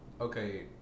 okay